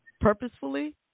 purposefully